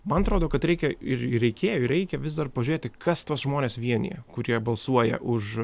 man atrodo kad reikia ir reikėjo reikia vis dar pažiūrėti kas tuos žmones vienija kurie balsuoja už